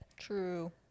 True